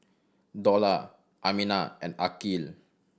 Dollah Aminah and Aqil